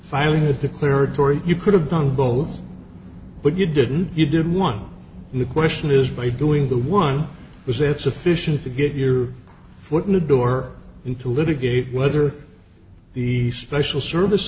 filing a declaratory you could have done both but you didn't you did one and the question is by doing the one was it sufficient to get your foot in the door and to litigate whether the special service